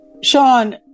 Sean